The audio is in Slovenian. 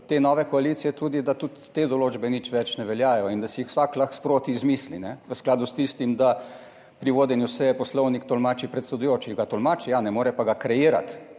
te nove koalicije tudi, da tudi te določbe nič več ne veljajo in da si jih vsak lahko sproti izmisli v skladu s tistim, da pri vodenju seje poslovnik tolmači predsedujoči. Ga tolmači, ja, ne more pa ga kreirati